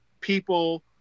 People